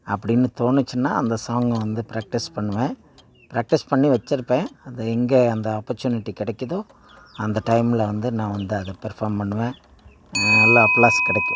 அப்படின்னு தோணுச்சுன்னா அந்த சாங்கை வந்து ப்ராக்டிஸ் பண்ணுவேன் ப்ராக்டிஸ் பண்ணி வச்சிருப்பேன் அது எங்கே அந்த ஆப்பர்ச்சுனிட்டி கிடைக்கிதோ அந்த டைம்மில வந்து நான் வந்து அத பர்ஃபார்ம் பண்ணுவேன் நல்ல அப்லாஸ் கிடைக்கும்